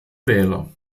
wähler